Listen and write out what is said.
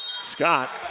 Scott